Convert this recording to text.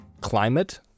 climate